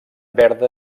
verda